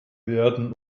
werden